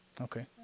Okay